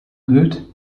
good